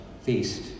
feast